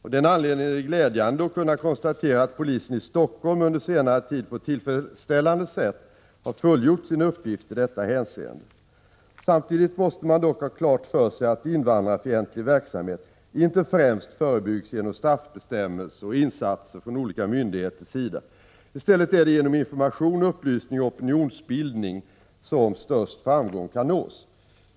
Av den anledningen är det glädjande att kunna konstatera att polisen i Stockholm under senare tid på ett tillfredsställande sätt har fullgjort sin uppgift i detta hänseende. Samtidigt måste man dock ha klart för sig att invandrarfientlig verksamhet inte främst förebyggs genom straffbestämmelser och insatser från olika myndigheters sida. I stället är det genom information, upplysning och opinionsbildning som störst framgång kan nås.